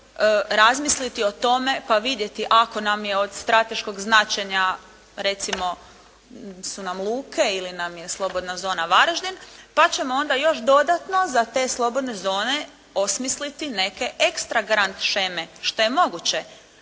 razmisliti o tome pa vidjeti ako nam je od strateškog značenja recimo su nam luke ili nam je slobodna zona Varaždin pa ćemo onda još dodatno za te slobodne zone osmisliti neke extra grant sheme što je moguće,